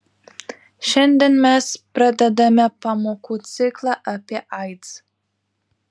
šiandien mes pradedame pamokų ciklą apie aids